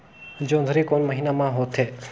जोंदरी कोन महीना म होथे?